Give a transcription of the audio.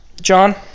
John